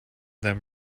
them